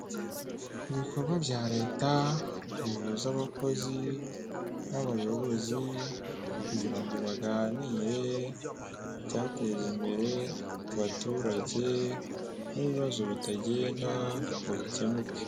Ibikorwa bya leta bihuza abakozi n'abayobozi kugira baganire ku byateza imbere abaturage n'ibibazo bitagenda ngo bikemuke.